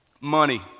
Money